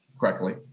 correctly